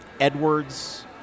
Edwards